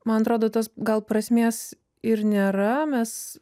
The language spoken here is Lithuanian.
man atrodo tas gal prasmės ir nėra mes